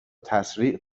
تسریع